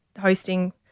hosting